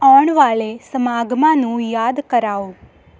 ਆਉਣ ਵਾਲੇ ਸਮਾਗਮਾਂ ਨੂੰ ਯਾਦ ਕਰਾਓ